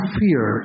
fear